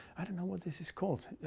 i don't know what this is called.